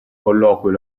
colloquio